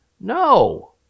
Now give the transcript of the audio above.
No